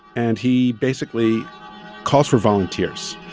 and he basically calls for volunteers.